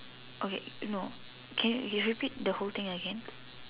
okay no can you you repeat the whole thing again